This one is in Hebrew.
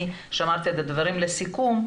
אני שמרתי את הדברים לסיכום,